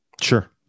Sure